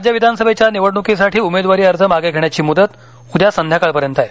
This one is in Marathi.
राज्य विधानसभेच्या निवडणुकीसाठी उमेदवारी अर्ज मागे घेण्याची मुदत उद्या संध्याकाळपर्यंत आहे